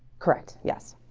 correct, yes.